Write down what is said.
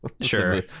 sure